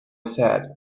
said